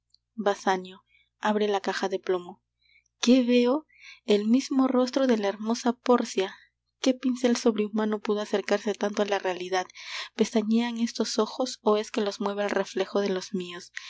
basanio abre la caja de plomo qué veo el mismo rostro de la hermosa pórcia qué pincel sobrehumano pudo acercarse tanto á la realidad pestañean estos ojos ó es que los mueve el reflejo de los mios